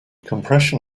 compression